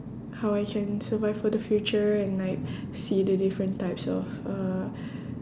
how I can survive for the future and like see the different types of uh